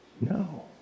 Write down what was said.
No